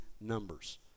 numbers